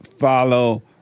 Follow